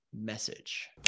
message